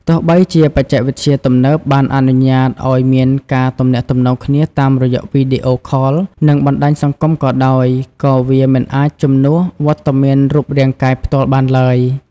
ទោះបីជាបច្ចេកវិទ្យាទំនើបបានអនុញ្ញាតឲ្យមានការទំនាក់ទំនងគ្នាតាមរយៈវីដេអូខល និងបណ្ដាញសង្គមក៏ដោយ ក៏វាមិនអាចជំនួសវត្តមានរូបរាងកាយផ្ទាល់បានឡើយ។